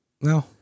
No